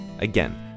Again